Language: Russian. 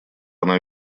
она